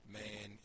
man